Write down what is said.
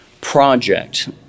project